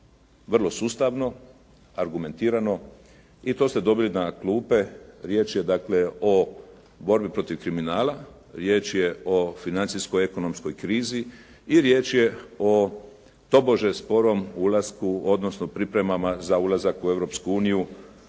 vrlo sustavno, argumentirano i to ste dobili na klupe. Riječ je dakle o borbi protiv kriminala. Riječ je o financijsko ekonomskoj krizi i riječ je o tobože sporom ulasku, odnosno pripremama za ulazak u Europsku uniju.